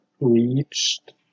reached